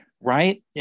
right